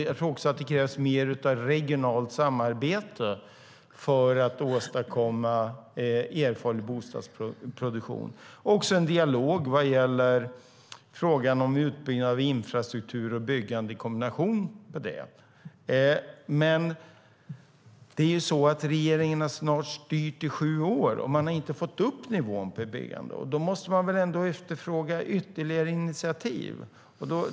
Jag tror också att det krävs mer av regionalt samarbete för att åstadkomma erforderlig bostadsproduktion och att det krävs en dialog vad gäller utbyggnad av infrastruktur och byggande i kombination med det. Regeringen har snart styrt i sju år och har inte fått upp nivån på byggandet. Då måste man väl ändå efterfråga ytterligare initiativ.